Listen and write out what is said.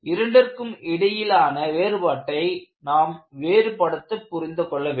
இரண்டிற்கும் இடையிலான வேறுபாட்டை நாம் வேறுபடுத்தி புரிந்துகொள்ள வேண்டும்